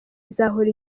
izahora